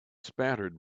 spattered